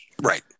right